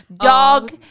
dog